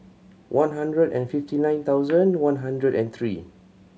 one hundred and fifty nine thousand one hundred and three